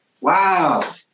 Wow